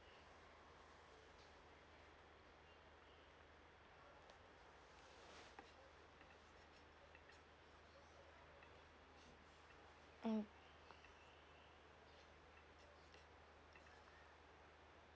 mm